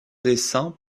dessins